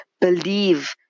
believe